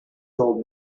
told